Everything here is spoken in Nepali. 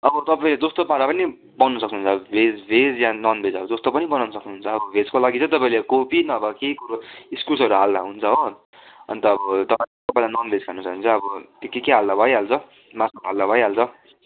अब तपाईँ जस्तो पाराले पनि बनाउनु सक्नुहुन्छ भेज भेज या ननभेज अब जस्तो पनि बनाउनु सक्नुहुन्छ अब भेजको लागि चाहिँ तपाईँले कोपी नभए केही कुरो इस्कुसहरू हाल्दा हुन्छ हो अन्त अब तपाईँलाई तपाईँलाई ननभेज खानु छ भने चाहिँ अब के के हाल्दा भइहाल्छ मासु हाल्दा भइहाल्छ